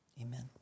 amen